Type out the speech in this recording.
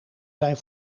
zijn